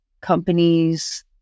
companies